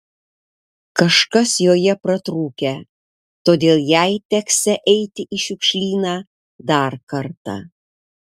kažkas joje pratrūkę todėl jai teksią eiti į šiukšlyną dar kartą